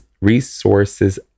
resources